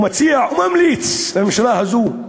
או מציע וממליץ לממשלה הזו,